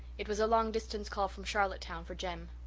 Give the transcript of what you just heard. it was a long-distance call from charlottetown for jem.